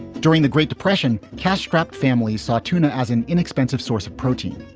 during the great depression, cash strapped families saw tuna as an inexpensive source of protein.